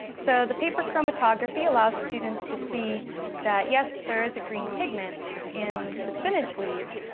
so the paper chromatography allows students to see that, yes, there is a green pigment in the spinach leaves,